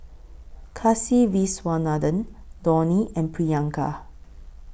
Kasiviswanathan Dhoni and Priyanka